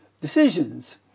decisions